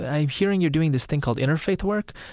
i'm hearing you're doing this thing called interfaith work?